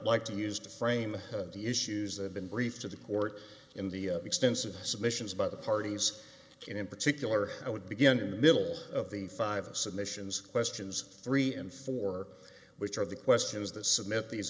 like to use to frame the issues that been briefed to the court in the extensive submissions by the parties and in particular i would begin in the middle of the five submissions questions three and four which are the questions that submit these